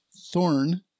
thorn